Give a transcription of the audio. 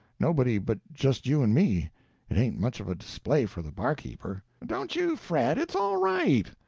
nobody but just you and me it ain't much of a display for the barkeeper. don't you fret, it's all right.